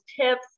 tips